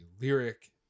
lyric